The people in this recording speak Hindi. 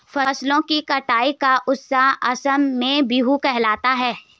फसलों की कटाई का उत्सव असम में बीहू कहलाता है